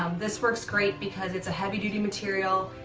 um this works great because it's a heavy duty material.